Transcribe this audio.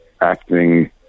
acting